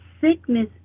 sickness